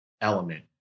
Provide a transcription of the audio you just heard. element